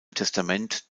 testament